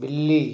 बिल्ली